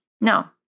no